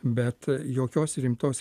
bet jokios rimtos